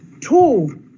Two